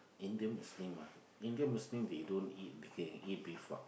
Indian Muslim mah Indian Muslin they don't eat they can eat beef [what]